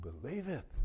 believeth